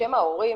בשם ההורים